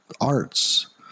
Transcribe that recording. arts